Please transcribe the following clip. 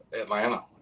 Atlanta